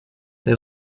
they